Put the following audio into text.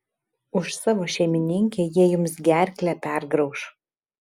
už savo šeimininkę jie jums gerklę pergrauš